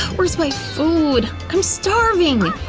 where's my food? i'm starving.